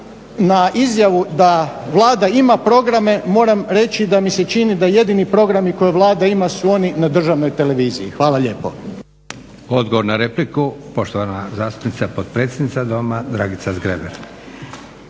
na izjavu da Vlada ima programe moram reći da mi se čini da jedini programi koje Vlada ima su oni na državnoj televiziji. Hvala lijepo. **Leko, Josip (SDP)** Odgovor na repliku, poštovana zastupnica potpredsjednica Doma Dragica Zgrebec.